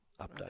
update